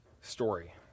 story